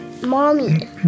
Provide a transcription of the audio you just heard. Mommy